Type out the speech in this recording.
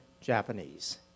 Japanese